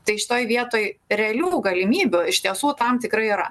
tai šitoj vietoj realių galimybių iš tiesų tam tikrai yra